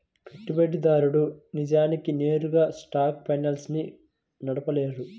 పెట్టుబడిదారుడు నిజానికి నేరుగా షార్ట్ ఫైనాన్స్ ని నడపలేడు